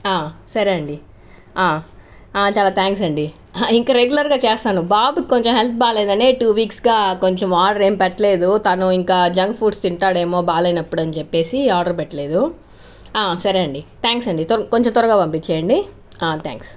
సరే అండి చాలా థ్యాంక్స్ అండి ఇంకా రెగ్యులర్గా చేస్తాను బాబుకి కొంచెం హెల్త్ బాలేదనే టూ వీక్స్గా కొంచెం ఆర్డరేం పెట్టలేదు తను ఇంకా జంక్ ఫుడ్ తింటాడేమో బాగాలేనప్పుడని చెప్పేసి ఆర్డర్ పెట్టలేదు సరే అండి థ్యాంక్స్ అండి కొంచెం త్వరగా పంపించేయండి థ్యాంక్స్